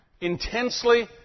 intensely